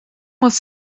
muss